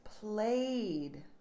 played